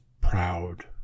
proud